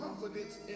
confidence